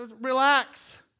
Relax